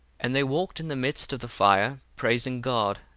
and they walked in the midst of the fire, praising god,